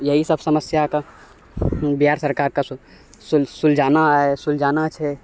इएहसब समस्याके बिहार सरकारके सुलझाना अइ सुलझाना छै